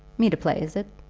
me to play, is it?